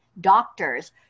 doctors